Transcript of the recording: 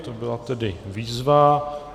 To byla tedy výzva.